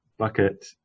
bucket